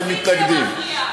אתם מתנגדים,